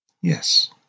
yes